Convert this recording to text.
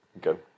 good